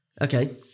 Okay